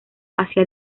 hacia